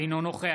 אינו נוכח